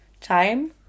time